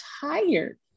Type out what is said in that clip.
tired